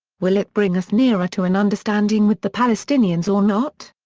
will it bring us nearer to an understanding with the palestinians or not?